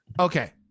Okay